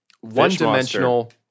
one-dimensional